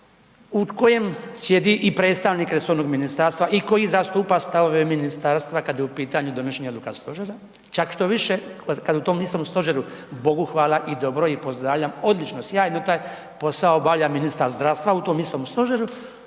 u kojem sjedi i predstavnik resornog ministarstva i koji zastupa stavove ministarstva kad je u pitanju donošenje odluka stožera, čak štoviše, kad u tom istom stožeru, Bogu hvala i dobro i pozdravljam, odlično, sjajno taj posao obavlja ministar zdravstva u tom istom stožeru